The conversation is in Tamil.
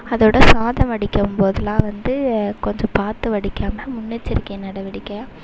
அதோடு சாதம் வடிக்கும் போதெல்லாம் வந்து கொஞ்சம் பார்த்து வடிக்காமல் முன்னெச்சரிக்கை நடவடிக்கையாக